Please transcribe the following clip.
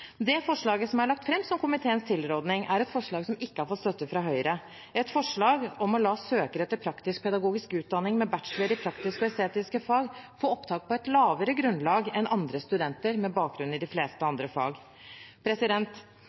Det forslaget som er lagt fram som komiteens tilråding, er et forslag som ikke har fått støtte fra Høyre, et forslag om å la søkere til praktisk-pedagogisk utdanning med bachelor i praktiske og estetiske fag få opptak på et lavere grunnlag enn studenter med bakgrunn i de fleste andre fag.